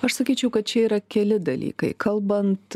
aš sakyčiau kad čia yra keli dalykai kalbant